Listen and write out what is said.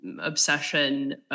obsession